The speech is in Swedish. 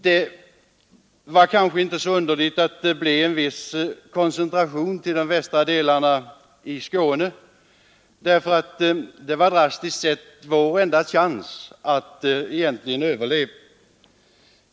Det var kanske inte så underligt att det blev en viss koncentration till västra delarna av Skåne. Det var drastiskt sett vår enda chans att överleva.